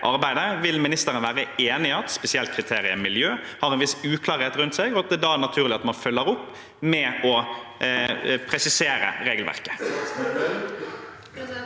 arbeidet: Vil statsråden være enig i at spesielt kriteriet miljø har en viss uklarhet rundt seg, og at det da er naturlig at man følger opp med å presisere regelverket?